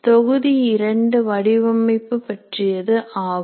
தொகுதி 2 வடிவமைப்பு பற்றியதாகும்